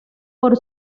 por